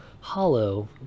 hollow